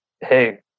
hey